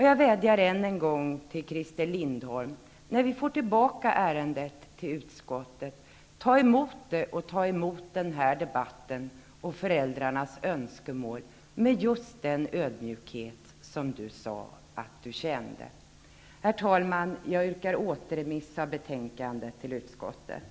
Jag vädjar än en gång till Christer Lindblom: När vi får tillbaka ärendet till utskottet, ta emot det och den här debatten och föräldrarnas önskemål med just den ödmjukhet som du sade att du kände. Herr talman! Jag yrkar återremiss av betänkandet till utskottet.